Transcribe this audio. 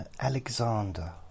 Alexander